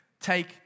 take